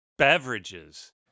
Beverages